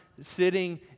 sitting